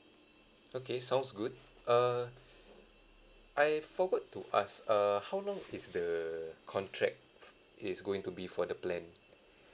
okay sounds good uh I forgot to ask uh how long is the contract is going to be for the plan